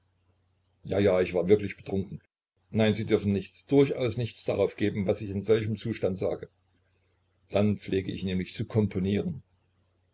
ja ja ich war wirklich betrunken nein sie dürfen nichts durchaus nichts darauf geben was ich in solchem zustand sage dann pflege ich nämlich zu komponieren